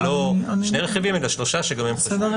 זה לא שני רכיבים, אלא שלושה, שגם הם חשובים.